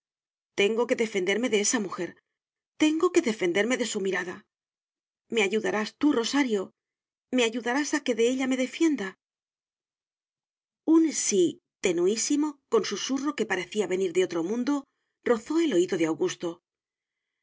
tengo que defenderme de esa mujer tengo que defenderme de su mirada me ayudarás tú rosario me ayudarás a que de ella me defienda un sí tenuísimo con susurro que parecía venir de otro mundo rozó el oído de augusto